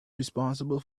responsible